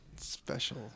Special